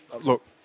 Look